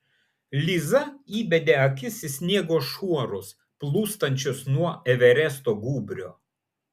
liza įbedė akis į sniego šuorus plūstančius nuo everesto gūbrio